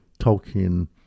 Tolkien